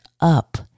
up